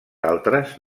altres